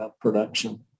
production